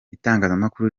itangazamakuru